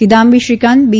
Kidambi Srikanth બી